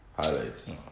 Highlights